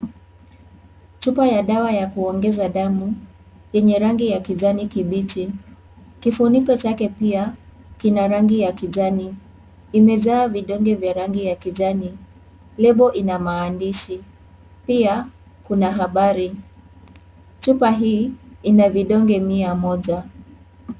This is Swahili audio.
Chupa ya dawa ya kuongeza damu yenye rangi ya kijani kibichi. Kifuniko chake pia kina rangi ya kijani. Imejaa vidonge vya rangi ya kijani. Lebo ina maandishi. Pia kuna habari. Chupa hii ina vidonge mia moja.